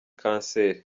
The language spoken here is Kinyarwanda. kanseri